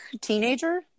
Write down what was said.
teenager